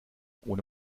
ohne